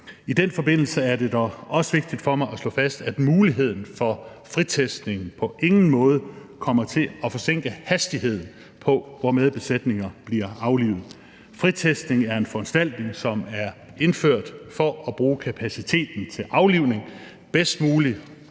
I den forbindelse er det dog også vigtigt for mig at slå fast, at muligheden for fritestning på ingen måde kommer til at forsinke hastigheden, hvormed besætninger bliver aflivet. Fritestning er en foranstaltning, som er indført for at bruge kapaciteten til aflivning bedst muligt,